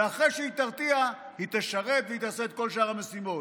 ואחרי שהיא תרתיע היא תשרת והיא תעשה את כל שאר המשימות.